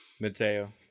Matteo